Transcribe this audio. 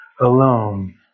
alone